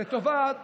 לטובת